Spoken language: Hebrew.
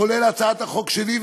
כולל הצעת החוק שלי,